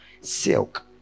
silk